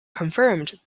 confirmed